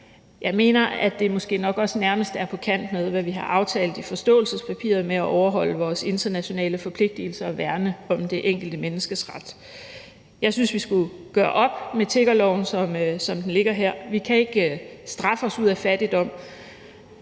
Jeg mener, at det måske nok også nærmest er på kant med, hvad vi har aftalt i forståelsespapiret om at overholde vores internationale forpligtelser og værne om det enkelte menneskes ret. Jeg synes, at vi skal gøre op med tiggerloven, som den ligger her. Vi kan ikke straffe os ud af fattigdom.